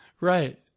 Right